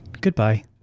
Goodbye